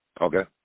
Okay